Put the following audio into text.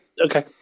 Okay